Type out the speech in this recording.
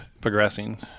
progressing